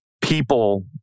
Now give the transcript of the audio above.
people